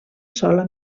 sola